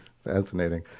Fascinating